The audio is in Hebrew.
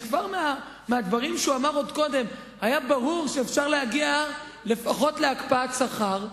שכבר מהדברים שהוא אמר עוד קודם היה ברור שאפשר להגיע לפחות להקפאת שכר.